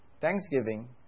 thanksgiving